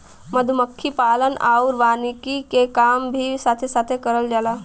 मधुमक्खी पालन आउर वानिकी के काम भी साथे साथे करल जाला